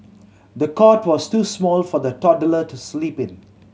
the cot was too small for the toddler to sleep in